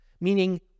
meaning